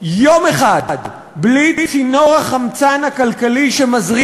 יום אחד בלי צינור החמצן הכלכלי שמזרים